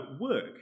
work